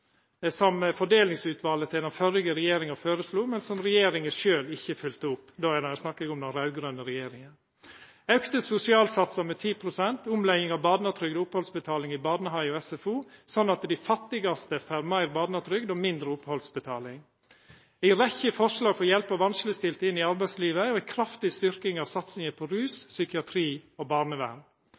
som Fordelingsutvalet til den førre regjeringa føreslo, men som regjeringa sjølv ikkje følgde opp – då snakkar eg om den raud-grøne regjeringa – auka sosialsatsar med 10 pst., omlegging av barnetrygd og opphaldsbetaling i barnehagar og SFO, slik at dei fattigaste får meir barnetrygd og mindre opphaldsbetaling, ei rekkje forslag for å hjelpa vanskelegstilte inn i arbeidslivet, og ei kraftig styrking av satsinga på rusbehandling, psykiatri og barnevern.